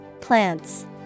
Plants